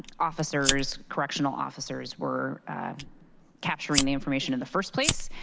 officers, correctional officers were capturing the information in the first place.